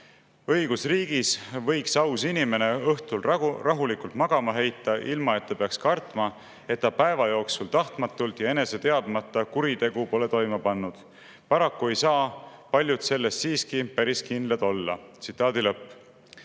"Õigusriigis võiks aus inimene õhtul rahulikult magama heita, ilma et ta peaks kartma, et ta päeva jooksul tahtmatult ja enese teadmata kuritegu pole toime pannud. Paraku ei saa paljud selles siiski päris kindlad olla." Probleem,